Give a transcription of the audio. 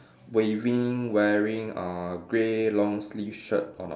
waving wearing uh grey long sleeve shirt or not